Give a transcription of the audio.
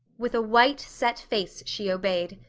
with a white, set face she obeyed.